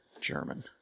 German